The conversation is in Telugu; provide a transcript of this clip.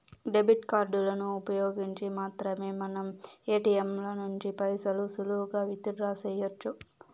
డెబిట్ కార్డులను ఉపయోగించి మాత్రమే మనం ఏటియంల నుంచి పైసలు సులువుగా విత్ డ్రా సెయ్యొచ్చు